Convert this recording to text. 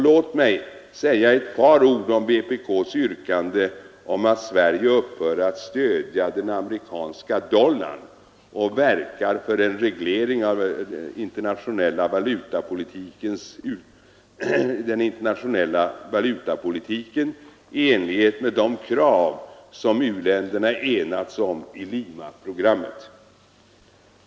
Låt mig säga ett par ord om vpk:s yrkande om att Sverige upphör att stödja den amerikanska dollarn och verkar för en reglering av den internationella valutapolitiken i enlighet med de krav som u-länderna enats om i Limaprogrammet.